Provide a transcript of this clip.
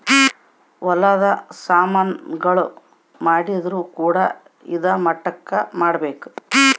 ಹೊಲದ ಸಾಮನ್ ಗಳು ಮಾಡಿದ್ರು ಕೂಡ ಇದಾ ಮಟ್ಟಕ್ ಮಾಡ್ಬೇಕು